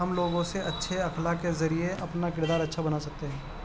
ہم لوگوں سے اچھے اخلاق کے ذریعے اپنا کردار اچھا بنا سکتے ہیں